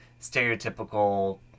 stereotypical